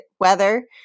weather